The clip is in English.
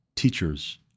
Teachers